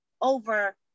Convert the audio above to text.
over